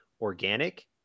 organic